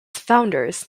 founders